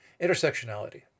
Intersectionality